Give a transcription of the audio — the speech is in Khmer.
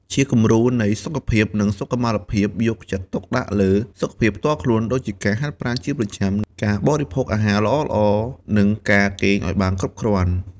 ជាគំរូនៃសុខភាព និងសុខុមាលភាពយកចិត្តទុកដាក់លើ សុខភាពផ្ទាល់ខ្លួន ដូចជាការហាត់ប្រាណជាប្រចាំ ការបរិភោគអាហារល្អៗ និងការគេងឱ្យបានគ្រប់គ្រាន់ ។